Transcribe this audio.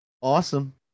Awesome